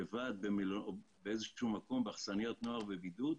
האם הם יהיו לבד או באיזושהי באכסניות נוער בבידוד?